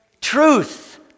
truth